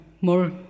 more